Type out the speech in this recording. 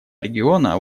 региона